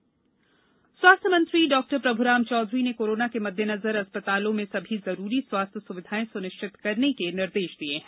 स्वास्थ्य समीक्षा स्वास्थ्य मंत्री डॉक्टर प्रभुराम चौधरी ने कोरोना के मददेनजर अस्पतालों में सभी जरूरी स्वास्थ्य सुविधाएं सुनिश्चत करने के निर्देश दिये हैं